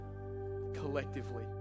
collectively